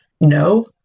no